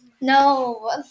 No